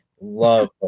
love